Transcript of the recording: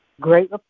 great